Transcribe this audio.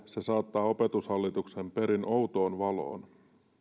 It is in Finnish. se saattaa opetushallituksen perin outoon valoon